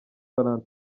valentin